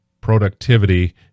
productivity